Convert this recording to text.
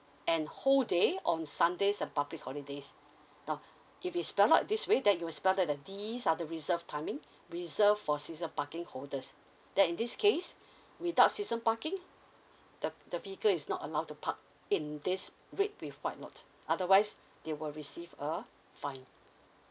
and whole day on sundays and public holidays now if it's a lot this way that you spell that the these are the reserve timing reserved for season parking holders that in this case without season parking the the vehicle is not allowed to park in this red with white note otherwise they will receive a fine